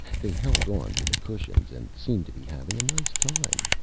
they held on to the cushions and seemed to be having a nice time.